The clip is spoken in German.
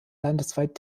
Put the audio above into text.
landesweit